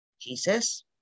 Jesus